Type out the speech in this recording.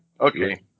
Okay